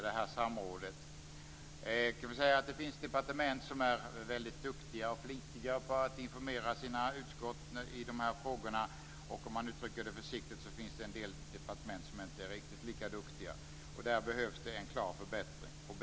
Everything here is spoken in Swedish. Det finns departement som är mycket duktiga och flitiga på att informera sina utskott i de här frågorna, och det finns, om man uttrycker det försiktigt, en del departement som inte är riktigt lika duktiga. Där behövs det en klar förbättring.